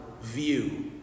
view